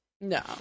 No